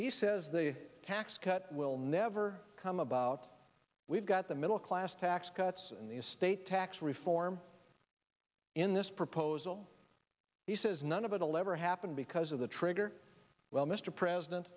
he says the tax cut will never come about we've got the middle class tax cuts and the estate tax reform in this proposal he says none of it a lever happened because of the trigger well mr president